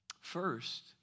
First